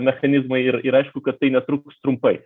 mechanizmai ir ir aišku kad tai netruks trumpai